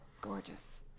gorgeous